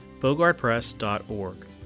bogardpress.org